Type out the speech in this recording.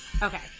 Okay